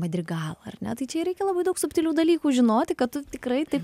madrigalą ar ne tai čia reikia labai daug subtilių dalykų žinoti kad tu tikrai taip